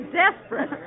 desperate